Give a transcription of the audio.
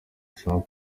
trump